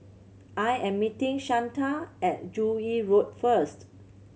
I am meeting Shanta at Joo Yee Road first